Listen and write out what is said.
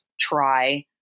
try